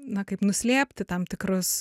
na kaip nuslėpti tam tikrus